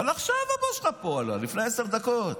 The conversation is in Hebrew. אבל עכשיו הבוס שלך עלה לפה לפני עשר דקות,